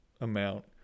amount